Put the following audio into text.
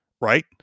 right